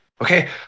Okay